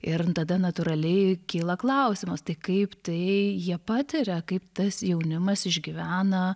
ir tada natūraliai kyla klausimas tai kaip tai jie patiria kaip tas jaunimas išgyvena